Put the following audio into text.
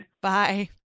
Bye